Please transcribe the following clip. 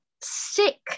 sick